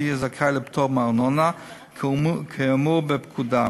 יהיה זכאי לפטור מארנונה כאמור בפקודה.